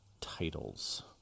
titles